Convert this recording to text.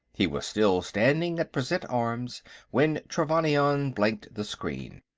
he was still standing at present arms when trevannion blanked the screen.